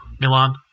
Milan